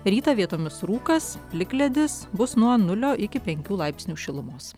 rytą vietomis rūkas plikledis bus nuo nulio iki penkių laipsnių šilumos